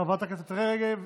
חברת הכנסת רגב,